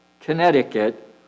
Connecticut